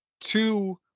two